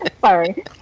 Sorry